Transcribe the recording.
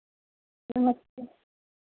नमस्ते